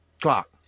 Clock